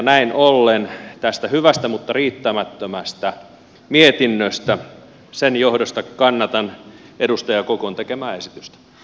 näin ollen tämän hyvän mutta riittämättömän mietinnön johdosta kannatan edustaja kokon tekemää esitystä